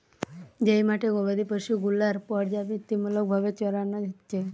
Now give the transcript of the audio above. যেই মাঠে গোবাদি পশু গুলার পর্যাবৃত্তিমূলক ভাবে চরানো হচ্ছে